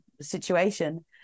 situation